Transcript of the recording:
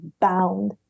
bound